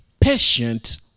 patient